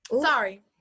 sorry